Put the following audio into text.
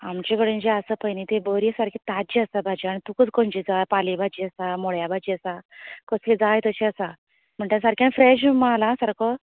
आमचे कडेन जे आसा पय ते बरी सामकी ताज्जी आसा सामकी भाजी आनी तुका खंयची जाय पाले भाजी आसा मुळ्या भाजी आसा कसली जाय तशी आसा म्हणजे सारके फ्रेश म्हाल हा सारको